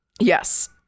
yes